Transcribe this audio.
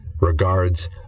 Regards